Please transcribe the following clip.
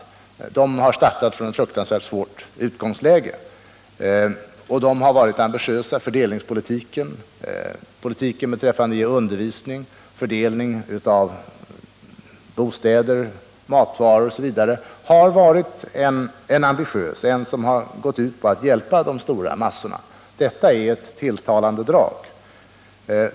Vietnameserna har startat från ett fruktansvärt svårt utgångsläge. De har varit ambitiösa. Politiken när det gäller undervisningen och när det gäller fördelningen av bostäder, matvaror osv. har gått ut på att hjälpa de stora massorna. Detta är ett tilltalande drag.